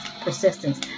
persistence